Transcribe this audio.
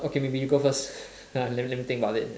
okay maybe you go first ah let me let me think